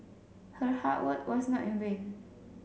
her hard work was not in vain